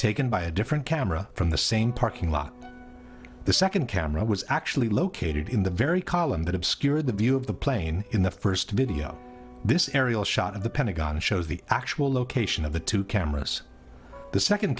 taken by a different camera from the same parking lot the second camera was actually located in the very column that obscured the view of the plane in the first video this aerial shot of the pentagon shows the actual location of the two cameras the second